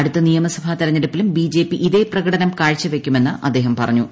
അടുത്ത നിയമസഭാ തെരഞ്ഞെടുപ്പിലും ബിജെപി ഇതേ പ്രകടനം കാഴ്ചവയ്ക്കുമെന്ന് അദ്ദേഹം പറഞ്ഞു